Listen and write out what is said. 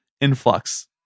influx